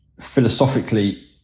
philosophically